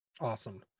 Awesome